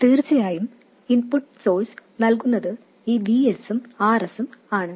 തീർച്ചയായും input source നൽകുന്നത് ഈ Vs ഉം Rs ഉം ആണ്